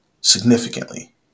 significantly